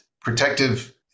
protective